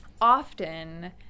often